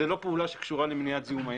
זאת לא פעולה שקשורה במניעת זיהום הים.